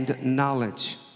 knowledge